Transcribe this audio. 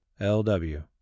L.W